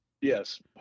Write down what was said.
Yes